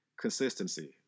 consistency